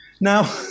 Now